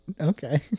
Okay